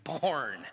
born